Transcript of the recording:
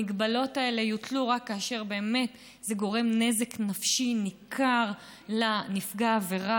המגבלות האלה יוטלו רק כאשר זה גורם נזק נפשי ניכר לנפגע העבירה,